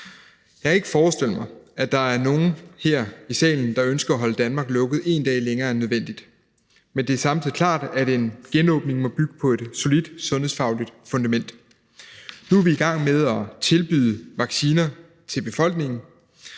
Jeg kan ikke forestille mig, at der er nogen her i salen, der ønsker at holde Danmark lukket en dag længere end nødvendigt, men det er samtidig klart, at en genåbning må bygge på et solidt sundhedsfagligt fundament. Nu er vi i gang med at tilbyde vacciner til befolkningen,